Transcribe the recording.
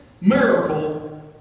miracle